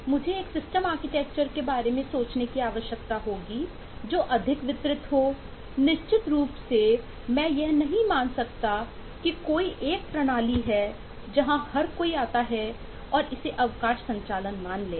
मुझे एक system architecture के बारे में सोचने की आवश्यकता होगी जो अधिक वितरित है निश्चित रूप से मैं यह नहीं मान सकता कि कोई एक प्रणाली है जहां हर कोई आता है और इसे अवकाश संचालन मान लेगा